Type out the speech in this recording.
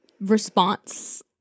response